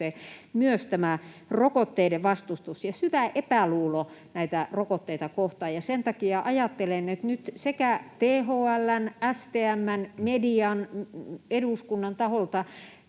tämä rokotteiden vastustus ja syvä epäluulo näitä rokotteita kohtaan, ja sen takia ajattelen, että nyt sekä THL:n, STM:n, median että eduskunnan taholta